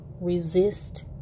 resist